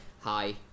Hi